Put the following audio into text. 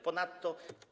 Ponadto.